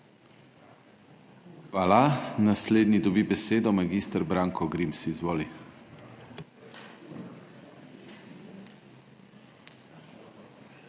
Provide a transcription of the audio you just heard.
Hvala. Naslednji dobi besedo mag. Branko Grims, izvoli.